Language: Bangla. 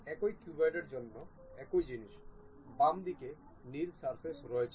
একই কিউবয়েডের জন্য একই জিনিস বাম দিকে নীল সারফেস রয়েছে